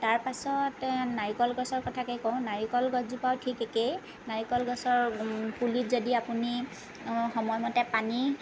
তাৰ পাছত নাৰিকল গছৰ কথাকেই কওঁ নাৰিকল গছজোপাও ঠিক একেই নাৰিকল গছৰ পুলিত যদি আপুনি সময়মতে পানী